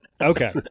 Okay